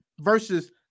versus